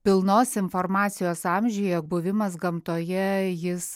pilnos informacijos amžiuje buvimas gamtoje jis